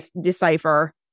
decipher